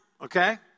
okay